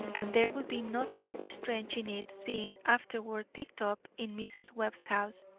and there would be nothing strange in its being afterward picked up in mrs. webb's house,